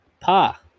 Pa